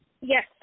Yes